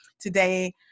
today